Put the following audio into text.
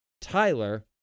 Tyler